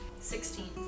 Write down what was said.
Sixteen